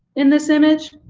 in this image?